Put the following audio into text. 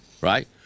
right